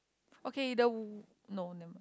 okay the w~ no nevermind